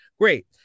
great